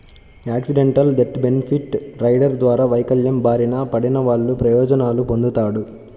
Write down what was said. accidental death benefit rider ద్వారా వైకల్యం బారిన పడినవాళ్ళు ప్రయోజనాలు పొందుతాడు